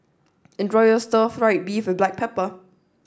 enjoy your Stir Fried Beef With Black Pepper